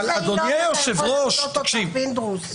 באיזה עילות אתה יכול --- פינדרוס?